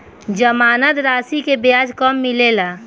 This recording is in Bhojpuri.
जमानद राशी के ब्याज कब मिले ला?